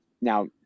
Now